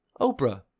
Oprah